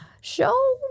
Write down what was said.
Show